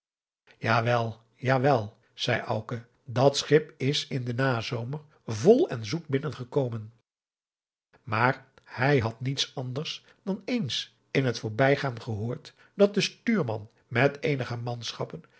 wel ja wel zeî auke dat schip is in den nazomer vol en zoet binnen gekomen maar hij had niets anders dan eens in het voorbijgaan gehoord dat de stuurman met eenige manschappen